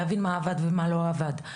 להבין מה עבד ומה לא עבד,